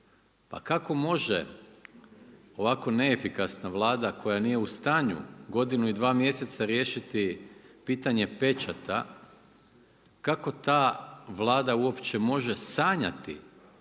Pa kako može ovako neefikasna Vlada koja nije u stanju godinu i dva mjeseca riješiti pitanje pečata, kako ta Vlada uopće može sanjati,